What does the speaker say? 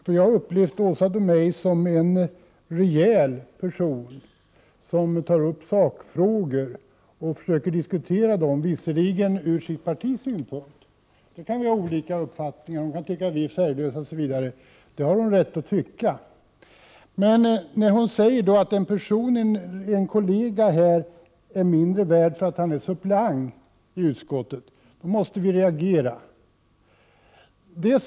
Jag har upplevt Åsa Domeij som en rejäl person, som tar upp sakfrågor, visserligen ur sitt partis synvinkel — vi kan ha olika uppfattningar; hon kan tycka att vi är färglösa osv., och det har hon rätt att tycka — men när hon säger att en kollega är mindre värd därför att han är suppleant i utskottet måste vi reagera.